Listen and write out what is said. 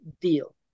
deal